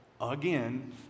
again